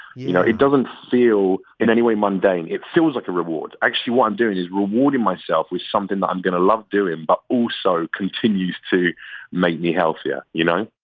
you know, it doesn't feel in any way mundane. it feels like a rewards actually want doing is rewarding myself with something that i'm going to love doing, but also continues to make me healthier you know,